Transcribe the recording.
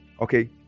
okay